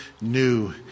new